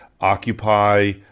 Occupy